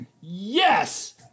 Yes